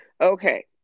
Okay